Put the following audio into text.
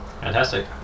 Fantastic